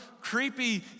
creepy